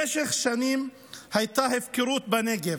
במשך שנים הייתה הפקרות בנגב